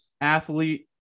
athlete